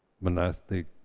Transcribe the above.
monastic